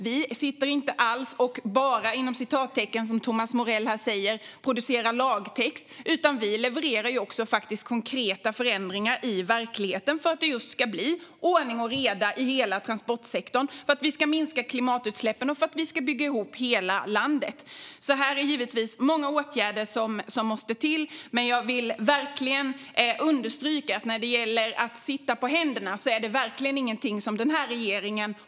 Vi producerar inte bara lagtext, som Thomas Morell säger, utan vi levererar också konkreta förändringar i verkligheten för att det ska bli ordning och reda i hela transportsektorn så att klimatutsläppen kan minskas och hela landet byggas ihop. Det krävs många åtgärder, och låt mig understryka att regeringen verkligen inte sitter på händerna.